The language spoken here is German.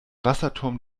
wasserturm